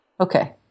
Okay